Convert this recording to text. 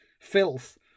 filth